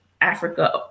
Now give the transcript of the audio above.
Africa